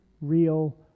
real